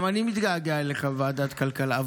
גם אני מתגעגע אליך בוועדת כלכלה,